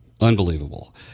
unbelievable